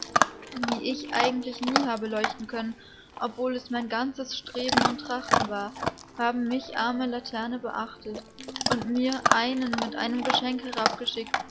wie ich eigentlich nie habe leuchten können obgleich es mein ganzes streben und trachten war haben mich arme laterne beachtet und mir einen mit einem geschenk